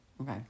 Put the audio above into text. Okay